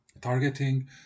Targeting